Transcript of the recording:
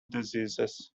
diseases